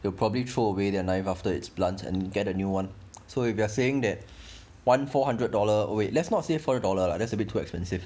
it'll probably throw away their knife after it's bland and get a new [one] so if you are saying that [one] four hundred dollar wait let's not say four hundred dollar lah that's a bit too expensive